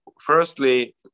Firstly